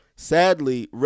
Sadly